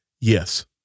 Yes